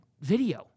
video